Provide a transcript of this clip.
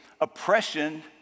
oppression